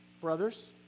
brothers